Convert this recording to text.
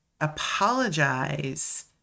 apologize